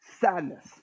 sadness